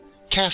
cast